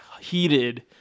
heated